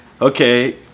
okay